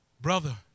Brother